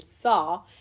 saw